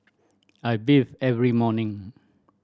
I bathe every morning